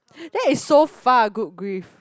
that is so far good grief